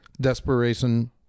desperation